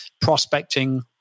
prospecting